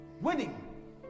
Winning